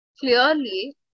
clearly